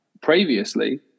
previously